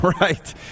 right